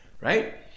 right